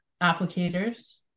applicators